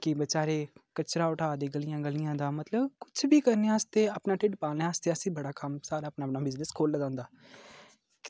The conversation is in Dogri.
केईं बेचारे कचरा उठा दे गलियां गलियां दा मतलब कुछ बी करने आस्तै अपना टिड्ढ पालने आस्तै असें बड़ा कम्म सारें अपना अपना बिज़नेस खो'ल्ले दा होंदा